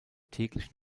täglich